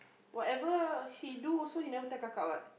whatever he do also he never tell Kaka what